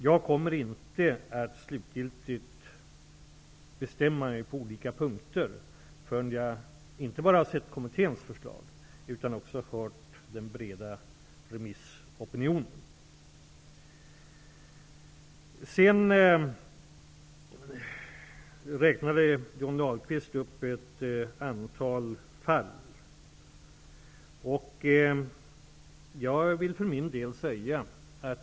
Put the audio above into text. Jag kommer inte att slutgiltigt bestämma mig på olika punkter förrän jag har hört den breda remissopinionen, inte bara kommitténs förslag. Johnny Ahlqvist räknade upp ett antal fall.